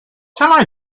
can